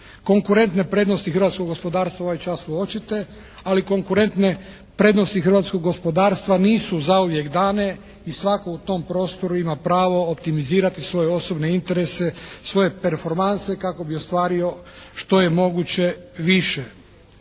Konkurentne prednosti hrvatskog gospodarstva ovaj čas su očite, ali konkurentne prednosti hrvatskog gospodarstva nisu zauvijek dane i svatko u tom prostoru ima pravo optimizirati svoje osobne interese, svoje performanse kako bi ostvario što je moguće više.